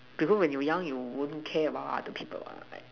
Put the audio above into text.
because when you young you won't care about other people what like